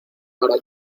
para